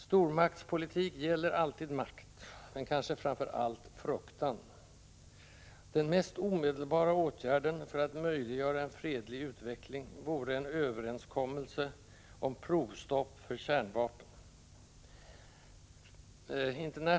Stormaktspolitik gäller alltid makt, men kanske framför allt fruktan. Den mest omedelbara åtgärden för att möjliggöra en fredlig utveckling vore en överenskommelse om provstopp för kärnvapen.